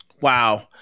Wow